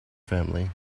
family